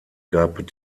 gab